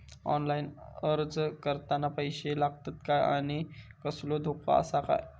Online अर्ज करताना पैशे लागतत काय आनी कसलो धोको आसा काय?